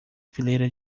fileira